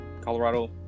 colorado